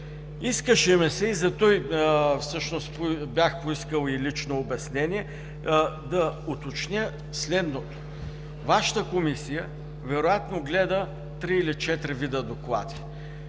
Искаше ми се и затова всъщност бях поискал и лично обяснение да уточня следното: Вашата Комисия вероятно гледа три или четири вида доклади.